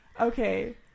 Okay